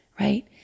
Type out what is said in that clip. right